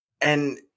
And-